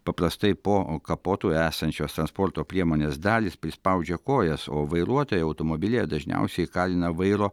paprastai po kapotu esančios transporto priemonės dalys prispaudžia kojas o vairuotoją automobilyje dažniausiai įkalina vairo